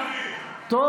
אבל זו המורשת של מרצ.